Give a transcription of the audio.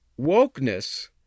wokeness